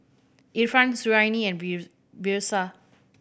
Irfan Suriani and